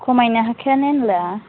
खमायनो हाखाया ना होनब्ला